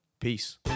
Peace